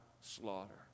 slaughter